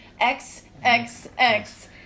XXX